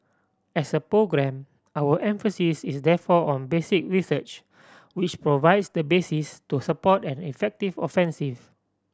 as a programme our emphasis is therefore on basic research which provides the basis to support an effective offensive